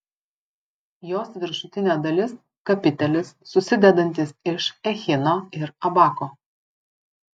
jos viršutinė dalis kapitelis susidedantis iš echino ir abako